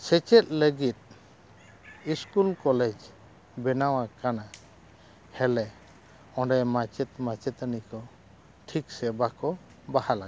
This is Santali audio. ᱥᱮᱪᱮᱫ ᱞᱟᱹᱜᱤᱫ ᱥᱠᱩᱞ ᱠᱚᱞᱮᱡᱽ ᱵᱮᱱᱟᱣ ᱟᱠᱟᱱᱟ ᱦᱮᱞᱮ ᱚᱸᱰᱮ ᱢᱟᱪᱮᱫ ᱢᱟᱪᱮᱛᱟᱹᱱᱤ ᱠᱚ ᱴᱷᱤᱠ ᱥᱮᱵᱟ ᱠᱚ ᱵᱟᱦᱟᱞ ᱟᱠᱟᱱᱟ